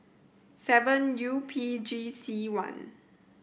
seven U P G C one